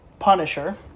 Punisher